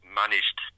managed